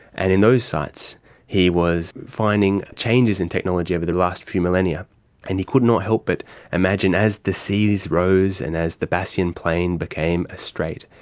and in those sites he was finding changes in technology over the last few millennia and he could not help but imagine as the seas rose and as the bassian plain became a strait,